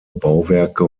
bauwerke